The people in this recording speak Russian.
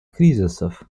кризисов